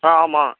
ஆ ஆமாம்